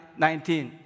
19